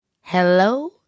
Hello